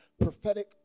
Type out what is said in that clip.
prophetic